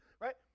right